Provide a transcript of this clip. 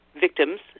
victims